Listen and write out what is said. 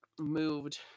moved